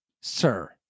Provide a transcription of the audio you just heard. sir